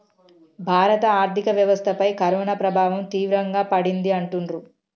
భారత ఆర్థిక వ్యవస్థపై కరోనా ప్రభావం తీవ్రంగా పడింది అంటుండ్రు